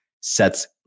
SETS